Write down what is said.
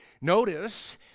Notice